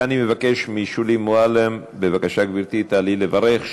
אני מבקש משולי מועלם, בבקשה, גברתי, תעלי לברך.